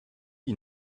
you